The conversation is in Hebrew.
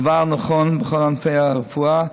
הדבר נכון בכל ענפי הרפואה,